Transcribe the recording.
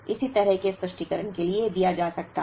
इसी तरह के स्पष्टीकरण के लिए दिया जा सकता है